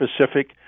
specific